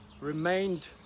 remained